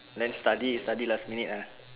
then study study last minute ah